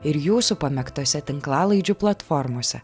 ir jūsų pamėgtose tinklalaidžių platformose